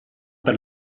per